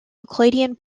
euclidean